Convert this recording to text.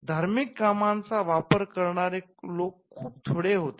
धार्मिक कामांचा वापर करणारे लोक खूप थोडे होते